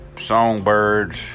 songbirds